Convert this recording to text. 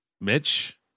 Mitch